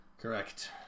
Correct